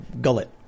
gullet